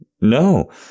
No